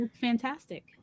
Fantastic